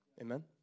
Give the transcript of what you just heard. Amen